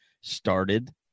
started